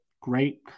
great